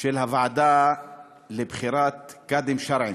של הוועדה לבחירת קאדים שרעיים,